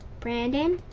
brandon,